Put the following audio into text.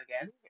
again